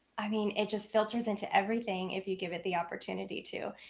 i mean, it just filters into everything if you give it the opportunity to.